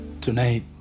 Tonight